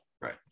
Right